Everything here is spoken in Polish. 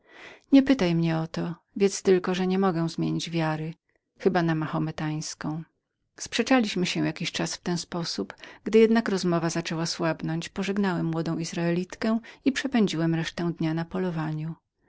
nie pytaj mnie o to wiedz tylko że nie mogę zmienić wiary chyba na mahometańską sprzeczaliśmy się jakiś czas tym sposobem gdy jednak rozmowa zaczęła upadać pożegnałem młodą izraelitkę i przepędziłem resztę dnia na polowaniu